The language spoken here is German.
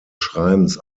schreibens